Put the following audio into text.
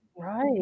Right